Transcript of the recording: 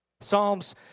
Psalms